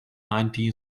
nineteen